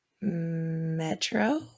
Metro